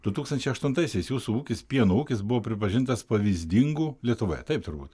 du tūkstančiai aštuntaisiais jūsų ūkis pieno ūkis buvo pripažintas pavyzdingu lietuvoje taip turbūt